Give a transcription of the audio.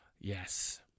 Yes